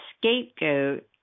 scapegoat